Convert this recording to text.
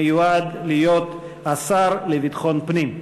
המיועד להיות השר לביטחון פנים.